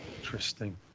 Interesting